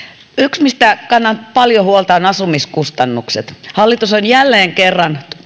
yksi mistä kannan paljon huolta ovat asumiskustannukset hallitus on jälleen kerran